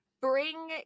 bring